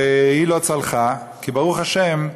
והיא לא צלחה כי, ברוך השם,